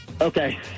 Okay